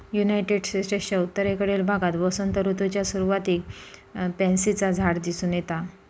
United स्टेट्सच्या उत्तरेकडील भागात वसंत ऋतूच्या सुरुवातीक पॅन्सीचा झाड दिसून येता